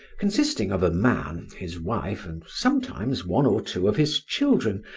consisting of a man, his wife, and sometimes one or two of his children,